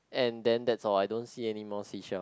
and then that's all I don't see anymore seashell